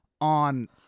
on